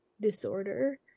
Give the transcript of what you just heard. disorder